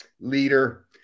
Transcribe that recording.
leader